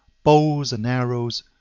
bows and arrows,